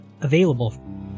available